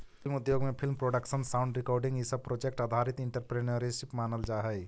film उद्योग में film production sound recording इ सब प्रोजेक्ट आधारित एंटरप्रेन्योरशिप मानल जा हई